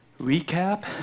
recap